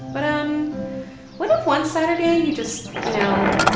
but um what if one saturday, you just, you know,